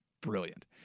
Brilliant